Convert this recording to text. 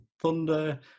Thunder